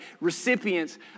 recipients